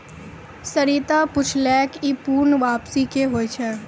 सरिता पुछलकै ई पूर्ण वापसी कि होय छै?